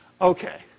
Okay